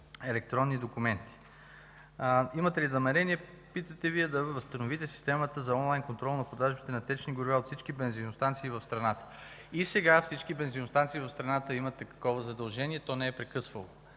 електронни документи. Вие питате имаме ли намерение да възстановим системата за онлайн контрол за продажби на течни горива във всички бензиностанции в страната. И сега всички бензиностанции в страната имат такова задължение. То не е прекъсвало.